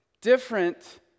different